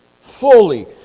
fully